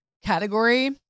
category